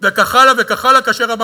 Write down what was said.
וכך הלאה וכך הלאה.